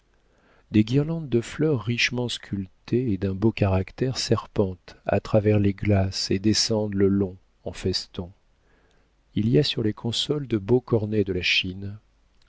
des guirlandes de fleurs richement sculptées et d'un beau caractère serpentent à travers les glaces et descendent le long en festons il y a sur les consoles de beaux cornets de la chine